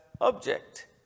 object